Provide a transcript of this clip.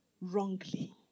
Wrongly